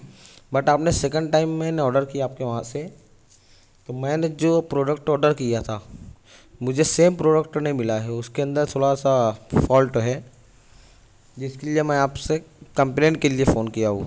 but آپ نے second time میں نے آڈر کیا آپ کے وہاں سے کہ میں نے جو پروڈکٹ آڈر کیا تھا مجھے سیم پروڈکٹ نہیں ملا ہے اس کے اندر تھوڑا سا فولٹ ہے جس کے لیے میں آپ سے کمپلین کے لیے فون کیا ہوں